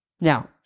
Now